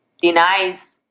denies